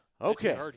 Okay